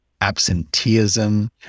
absenteeism